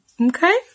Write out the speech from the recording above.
Okay